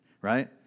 right